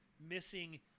missing